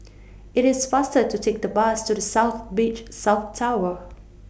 IT IS faster to Take The Bus to The South Beach South Tower